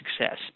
success